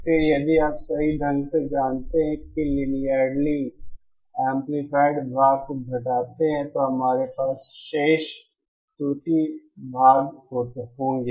फिर यदि आप सही ढंग से जानते हैं कि लीनियरली एंपलीफायड भाग को घटाते हैं तो हमारे पास शेष त्रुटि भाग होंगे